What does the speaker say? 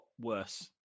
worse